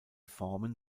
formen